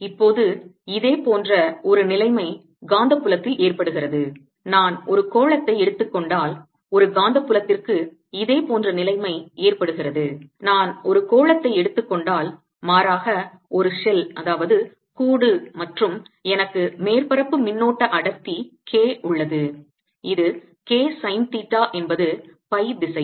இப்போது இதேபோன்ற ஒரு நிலைமை காந்தப்புலத்தில் ஏற்படுகிறது நான் ஒரு கோளத்தை எடுத்துக் கொண்டால் ஒரு காந்தப்புலத்திற்கு இதே போன்ற நிலைமை ஏற்படுகிறது நான் ஒரு கோளத்தை எடுத்துக் கொண்டால் மாறாக ஒரு ஷெல் கூடு மற்றும் எனக்கு மேற்பரப்பு மின்னோட்ட அடர்த்தி K உள்ளது இது K சைன் தீட்டா என்பது பை திசையில்